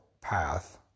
path